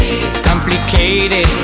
complicated